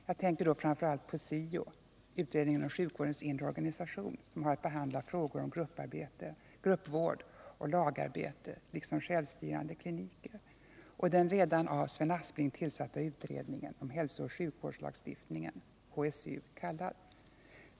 Jag tänker då framför allt på SIO-utredningen om sjukvårdens inre organisation, som har att behandla frågor om gruppvård och lagarbete och självstyrande kliniker, och den redan av Sven Aspling tillsatta utredningen om hälsooch sjukvårdslagstiftningen, kallad HSU.